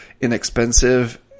inexpensive